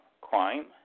crime